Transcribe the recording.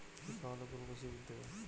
কি খাওয়ালে গরু বেশি দুধ দেবে?